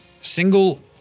single